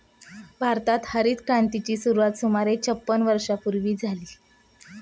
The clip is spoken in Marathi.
भारतात हरितक्रांतीची सुरुवात सुमारे छपन्न वर्षांपूर्वी झाली